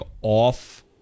off